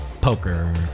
poker